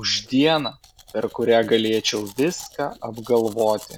už dieną per kurią galėčiau viską apgalvoti